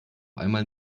einmal